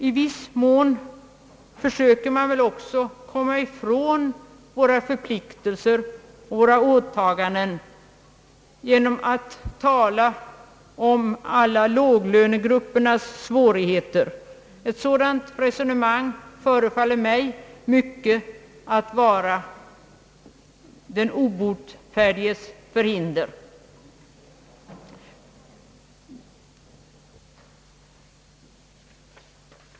I viss mån försöker vi väl också komma ifrån våra förpliktelser och åtaganden genom att ställa dem i motsatsförhållanden till låglönegruppernas svårigheter. Ett sådant resonemang påminner mig i mycket om den obotfärdiges förhinder.